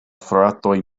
fratoj